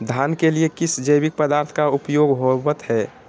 धान के लिए किस जैविक पदार्थ का उपयोग होवत है?